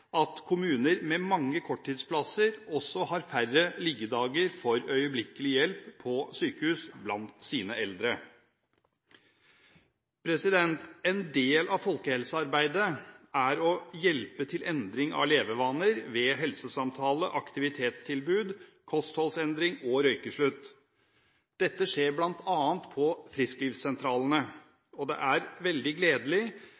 at kommuner med mange korttidsplasser har færre liggedager for øyeblikkelig hjelp på sykehus blant sine eldre. En del av folkehelsearbeidet er hjelp til endring av levevaner ved helsesamtale, aktivitetstilbud, kostholdsendringer og røykeslutt. Dette skjer bl.a. på